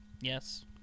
Yes